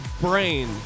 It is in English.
brain